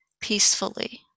peacefully